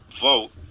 vote